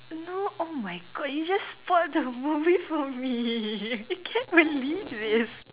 no oh my god you just spoil the movie for me I can't believe this